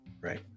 Right